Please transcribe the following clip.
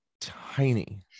tiny